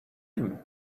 him